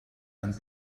and